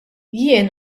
jien